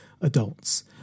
adults